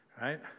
right